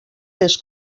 les